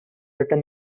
written